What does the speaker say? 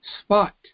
spot